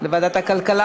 איזו ועדה?